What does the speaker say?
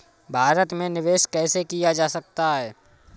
भारत में निवेश कैसे किया जा सकता है?